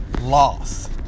loss